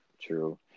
True